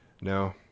No